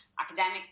academic